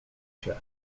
się